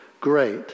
Great